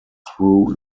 through